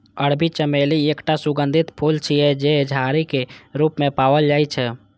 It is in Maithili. अरबी चमेली एकटा सुगंधित फूल छियै, जे झाड़ी के रूप मे पाओल जाइ छै